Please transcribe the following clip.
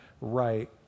right